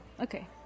Okay